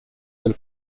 del